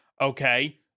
okay